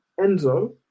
Enzo